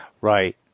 Right